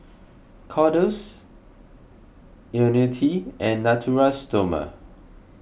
Kordel's Ionil T and Natura Stoma